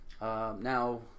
Now